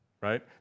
right